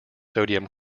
sodium